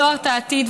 לא הרתעתית.